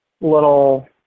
little